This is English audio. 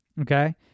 Okay